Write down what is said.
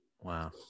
Wow